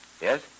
Yes